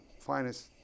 finest